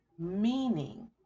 meaning